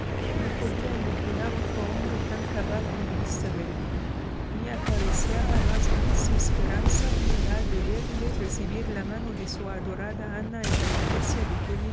no podía imaginar otro hombre tan cabal como míster elliot ni acariciaba más dulce esperanza que la de verle recibir la mano de su adorada ana en la iglesia